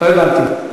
לא הבנתי.